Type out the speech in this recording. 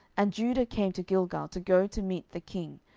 and judah came to gilgal, to go to meet the king,